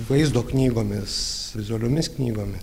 vaizdo knygomis vizualiomis knygomis